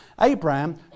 Abraham